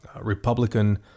Republican